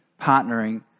partnering